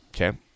Okay